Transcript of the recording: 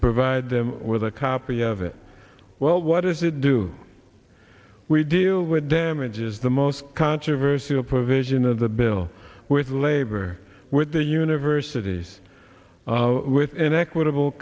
provide them with a copy of it well what is it do we deal with damages the most controversial provision of the bill with labor with the universities with an equitable